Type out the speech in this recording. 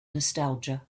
nostalgia